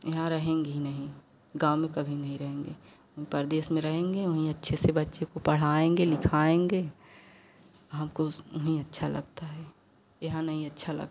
यहाँ रहेंगे ही नहीं गाँव में कभी नहीं रहेंगे हम परदेश में रहेंगे वही अच्छे से बच्चे को पढ़ाएँगे लिखाएँगे हमको यही अच्छा लगता है यहाँ नहीं अच्छा लगता